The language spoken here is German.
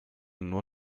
nur